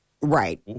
Right